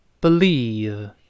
believe